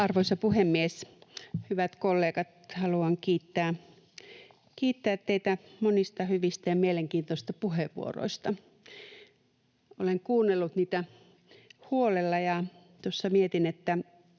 Arvoisa puhemies! Hyvät kollegat, haluan kiittää teitä monista hyvistä ja mielenkiintoisista puheenvuoroista. Olen kuunnellut niitä huolella, ja tuossa mietin, että